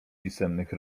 pisemnych